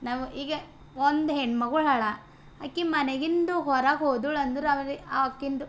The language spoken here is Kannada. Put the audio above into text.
ನಾವು ಈಗ ಒಂದು ಹೆಣ್ಮಗಳು ಆಳ ಆಕಿ ಮನೆಯಿಂದ ಹೊರಗೆ ಹೋದಳು ಅಂದ್ರೆ ಆಕಿಂದು